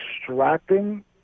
extracting